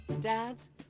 Dads